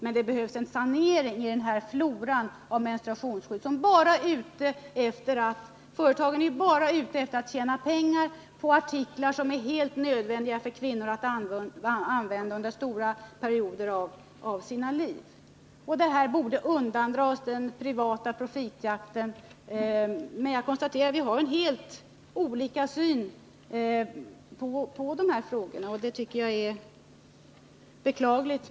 Men det behövs en sanering av floran av menstruationsskydd, där företagen bara är ute efter att tjäna pengar på artiklar som är helt nödvändiga för kvinnorna att använda under stora perioder av deras liv. Det här borde undandras den privata profitjakten. Men jag konstaterar att vi har helt olika syn på dessa frågor. Det tycker jag är beklagligt.